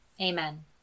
Amen